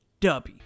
Dubby